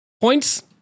points